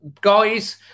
guys